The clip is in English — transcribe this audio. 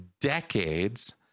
decades